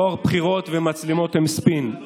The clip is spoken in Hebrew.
טוהר בחירות ומצלמות הם ספין, סגלוביץ'